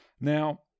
Now